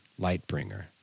Lightbringer